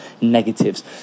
negatives